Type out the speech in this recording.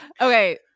Okay